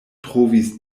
trovis